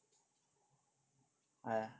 !haiya!